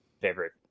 favorite